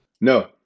No